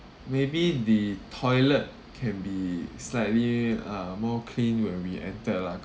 maybe the toilet can be slightly uh more clean when we enter lah